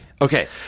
Okay